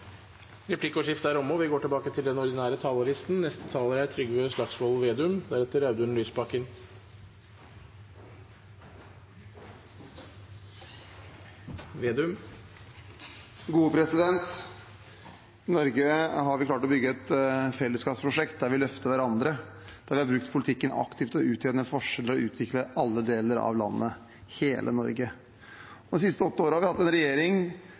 til å ta det på alvor. Replikkordskiftet er omme. Trygve Slagsvold Vedum [12:35:26]: I Norge har vi klart å bygge et fellesskapsprosjekt der vi løfter hverandre, der vi har brukt politikken aktivt til å utjevne forskjeller og utvikle alle deler av landet – hele Norge. De siste åtte årene har vi hatt en regjering